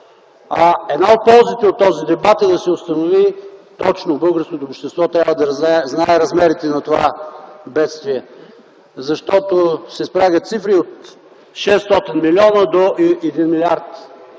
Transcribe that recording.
Една от ползите на този дебат е да се установи точно. Българското общество трябва да знае размерите на това бедствие. Защото се спрягат цифри от 600 милиона до 1 милиард.